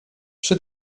przy